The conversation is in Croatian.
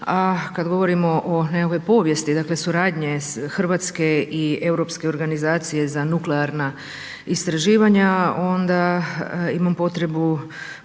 a kad govorimo o nekakvoj povijesti dakle suradnje Hrvatske i Europske organizacije za nuklearna istraživanja onda imam potrebu